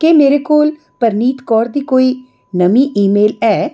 क्या मेरे कोल परनीत कौर दी कोई नमीं ईमेल है